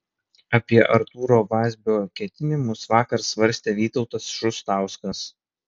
apie artūro vazbio ketinimus vakar svarstė vytautas šustauskas